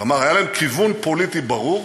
כלומר היה להם כיוון פוליטי ברור,